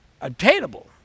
attainable